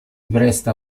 presta